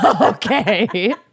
okay